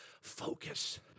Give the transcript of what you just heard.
focus